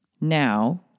now